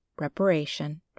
reparation